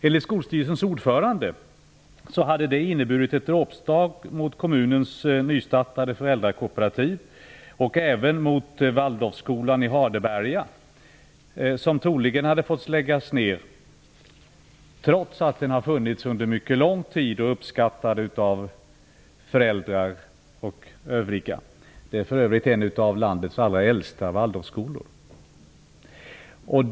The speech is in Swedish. Enligt skolstyrelsens ordförande hade det inneburit ett dråpslag mot kommunens nystartade föräldrakooperativ och även mot Waldorfskolan i Hardeberga, som troligen hade fått läggas ned, trots att den har funnits under mycket lång tid och uppskattats av föräldrar och övriga. Det är för övrigt en av landets allra äldsta Waldorfskolor.